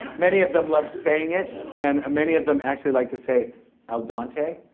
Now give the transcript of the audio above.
many of them love saying it and many of them actually like to say al dante.